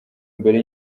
mbere